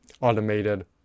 automated